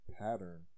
pattern